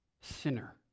sinner